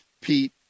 Pete